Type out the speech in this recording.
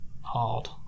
hard